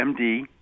MD